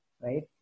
right